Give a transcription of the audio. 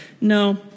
no